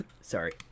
sorry